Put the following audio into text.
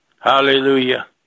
Hallelujah